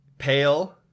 pale